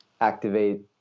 activate